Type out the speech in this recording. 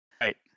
Right